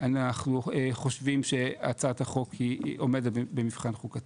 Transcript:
אנחנו חושבים שהצעת החוק היא עומדת במבחן חוקתי.